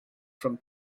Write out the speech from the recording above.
from